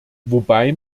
wobei